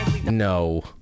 No